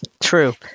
True